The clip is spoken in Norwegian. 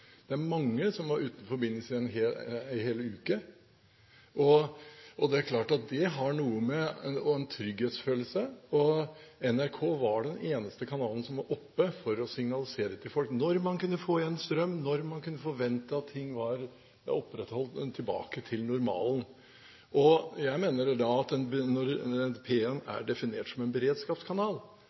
Mange var uten forbindelse en hel uke. Det er klart at det har noe å gjøre med en trygghetsfølelse, og NRK var den eneste kanalen som var oppe for å kunne signalisere til folk når man kunne få igjen strømmen, når man kunne forvente at ting var opprettholdt og kommet tilbake til normalen. Jeg mener at når NRK P1 er definert som en beredskapskanal,